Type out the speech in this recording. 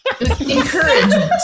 Encouragement